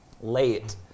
late